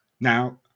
Now